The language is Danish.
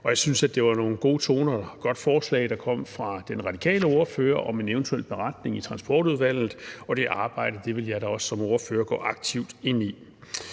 Jeg synes, at det var nogle gode toner og et godt forslag, der kom fra den radikale ordfører om en eventuel beretning i Transportudvalget, og det arbejde vil jeg da også som ordfører gå aktivt ind i.